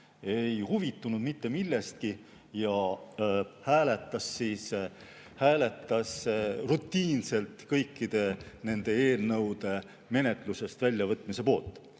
ei huvitunud mitte millestki ja hääletas rutiinselt kõikide nende eelnõude menetlusest väljavõtmise poolt.